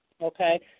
okay